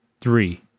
three